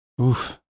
Oof